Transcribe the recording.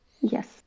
Yes